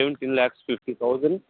seventeen lakhs fifty thousand